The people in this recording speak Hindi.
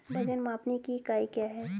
वजन मापने की इकाई क्या है?